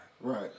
Right